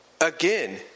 again